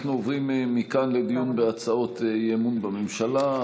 אנחנו עוברים מכאן לדיון בהצעות אי-אמון בממשלה.